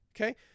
Okay